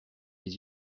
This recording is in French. les